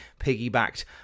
piggybacked